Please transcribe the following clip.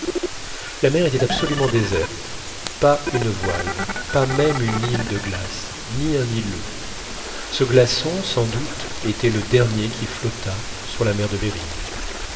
la mer était absolument déserte pas une voile pas même une île de glace ni un îlot ce glaçon sans doute était le dernier qui flottât sur la mer de behring